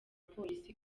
polisi